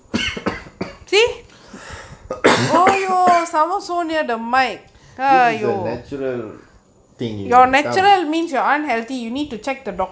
this is a natural thing you will come